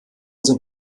sind